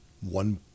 one